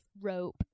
rope